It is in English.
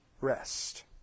rest